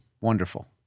wonderful